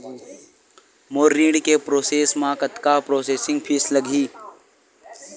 मोर ऋण के प्रोसेस म कतका प्रोसेसिंग फीस लगही?